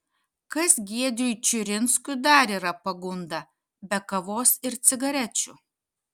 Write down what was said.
kas giedriui čiurinskui dar yra pagunda be kavos ir cigarečių